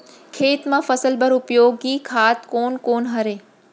खेत म फसल बर उपयोगी खाद कोन कोन हरय?